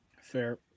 Fair